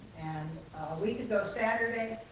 and a week ago saturday,